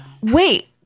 wait